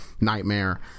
nightmare